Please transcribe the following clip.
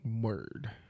Word